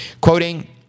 Quoting